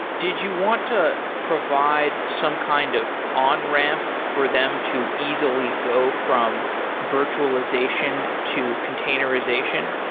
did you want to provide some kind of on-ramp for them to easily go from virtualization to containerization?